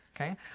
Okay